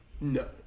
No